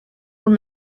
will